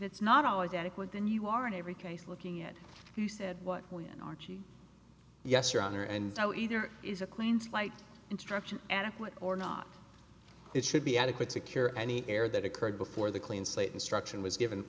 it's not always adequate then you are in every case looking at he said what when archie yes your honor and so either is a clean slate instruction adequate or not it should be adequate to cure any error that occurred before the clean slate instruction was given